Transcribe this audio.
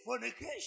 fornication